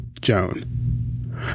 Joan